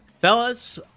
Fellas